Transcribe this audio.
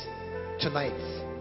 tonight